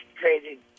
crazy